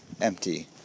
empty